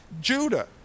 Judah